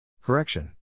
Correction